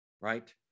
Right